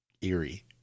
eerie